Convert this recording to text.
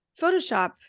Photoshop